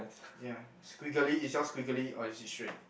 ya squiggly is yours squiggly or is it straight